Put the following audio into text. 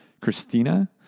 Christina